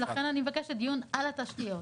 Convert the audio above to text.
לכן אני מבקשת דיון על התשתיות.